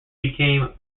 became